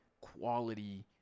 quality